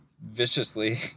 viciously